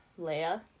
Leia